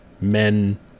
men